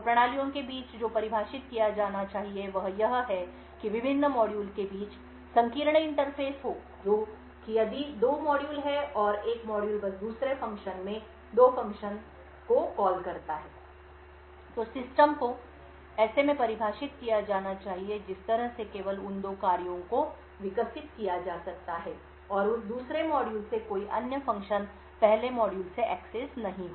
उप प्रणालियों के बीच जो परिभाषित किया जाना चाहिए वह यह है कि विभिन्न मॉड्यूल के बीच संकीर्ण इंटरफेस हों कि यदि दो मॉड्यूल हैं और एक मॉड्यूल बस दूसरे फ़ंक्शन में दो फ़ंक्शन को कॉल करता है तो सिस्टम को ऐसे में परिभाषित किया जाना चाहिए जिस तरह से केवल उन दो कार्यों को विकसित किया जा सकता है और उस दूसरे मॉड्यूल से कोई अन्य फ़ंक्शन पहले मॉड्यूल से access नहीं हो